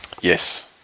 Yes